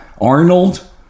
Arnold